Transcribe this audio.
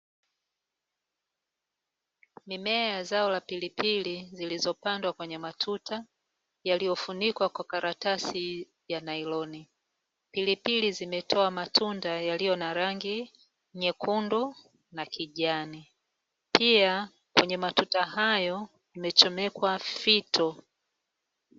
Mimea ya zao la pilipili zilizopandwa kwenye matuta, yaliyofunikwa kwa karatasi ya nailoni. Pilipili zimetoa matunda yaliyo na rangi nyekundu na kijani. Pia kwenye matuta hayo imechomekwa fito.